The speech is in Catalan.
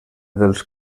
dels